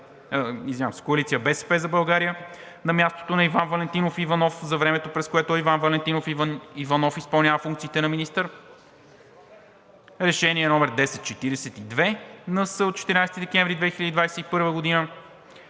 Коалиция „БСП за България“, на мястото на Иван Валентинов Иванов за времето, през което Иван Валентинов Иванов изпълнява функциите на министър; Решение № 1042-НС от 14 декември 2021 г.,